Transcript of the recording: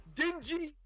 dingy